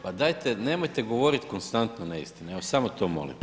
Pa dajte nemojte govoriti konstantno neistine, evo samo to molim.